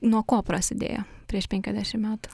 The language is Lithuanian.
nuo ko prasidėjo prieš penkiasdešim metų